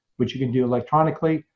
which you can do electronically,